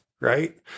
right